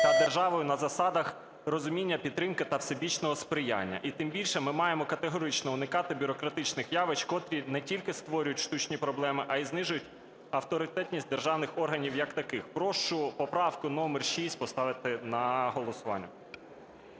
та державою на засадах розуміння, підтримки та всебічного сприяння. І, тим більше, ми маємо категорично уникати бюрократичних явищ, котрі не тільки створюють штучні проблеми, а й знижують авторитетність державних органів як таких. Прошу поправку номер 6 поставити на голосування.